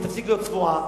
ותפסיק להיות צבועה.